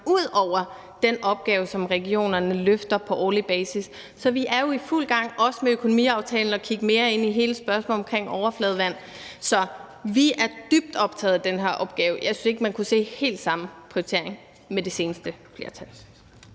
ud over den opgave, som regionerne løfter på årlig basis. Så vi er jo i fuld gang, også med økonomiaftalen, med at kigge mere ind i hele spørgsmålet om overfladevand. Så vi er dybt optaget af den her opgave – jeg synes ikke, man kunne se helt samme prioritering med det tidligere flertal.